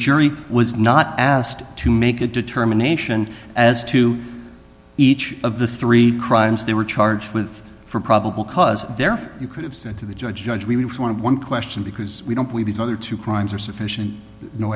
jury was not asked to make a determination as to each of the three crimes they were charged with for probable cause there you could have said to the judge judge we want to one question because we don't believe these other two crimes are sufficient no